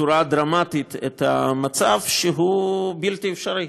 בצורה דרמטית את המצב, שהוא בלתי אפשרי.